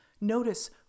Notice